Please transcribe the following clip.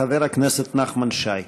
חבר הכנסת נחמן שי.